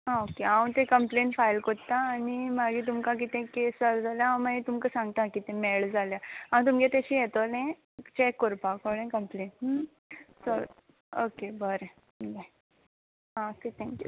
आ okay हांव ते complaint file कोत्ता आनी मागीर तुमकां कितें केस जाल जाल्या हांव मागीर तुमकां सांगता कितें मेळ जाल्या हांव तुमगे तेशी येतोलें चॅक कोरपा कोळें कंप्लेन चोल ओके बरें बाय आ ओके तँक्यू